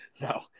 No